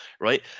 right